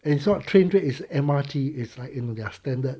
and it's not train train is M_R_T is you know like their standard